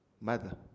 mother